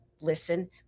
listen